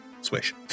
Swish